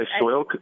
soil